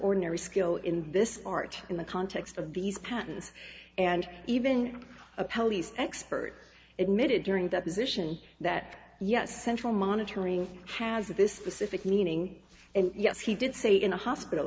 ordinary skill in this art in the context of these patterns and even a police expert admitted during that position that yes central monitoring has this specific meaning and yes he did say in a hospital